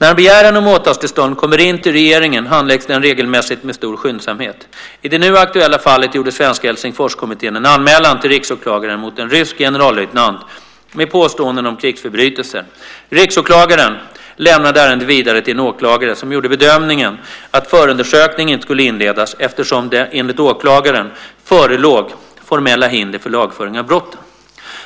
När en begäran om åtalstillstånd kommer in till regeringen handläggs den regelmässigt med stor skyndsamhet. I det nu aktuella fallet gjorde Svenska Helsingforskommittén en anmälan till riksåklagaren mot en rysk generallöjtnant med påståenden om krigsförbrytelser. Riksåklagaren lämnade ärendet vidare till en åklagare som gjorde bedömningen att förundersökning inte skulle inledas eftersom det, enligt åklagaren, förelåg formella hinder för lagföring av brotten.